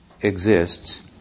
exists